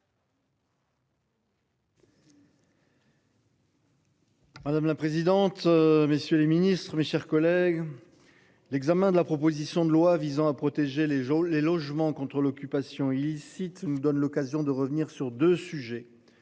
Madame la présidente, messieurs les ministres, mes chers collègues. L'examen de la proposition de loi visant à protéger les jaunes, les logements contre l'occupation illicite nous donne l'occasion de revenir sur 2 sujets